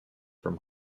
from